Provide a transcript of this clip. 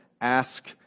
ask